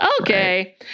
Okay